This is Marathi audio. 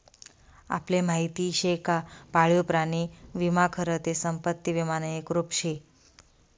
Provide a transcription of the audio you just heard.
आपले माहिती शे का पाळीव प्राणी विमा खरं ते संपत्ती विमानं एक रुप शे